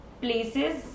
places